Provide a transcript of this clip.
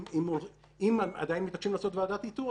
אם עדיין מתעקשים לעשות ועדת איתור,